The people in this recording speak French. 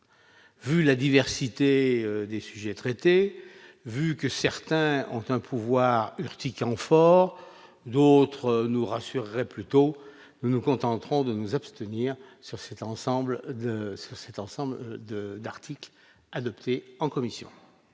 vu la diversité des sujets traités, vu que certains ont un pouvoir urticant fort d'autres nous rassurerait plutôt nous nous contenterons de nous abstenir sur cet ensemble de cet ensemble de d'articles adoptés en commission.